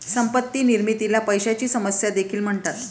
संपत्ती निर्मितीला पैशाची समस्या देखील म्हणतात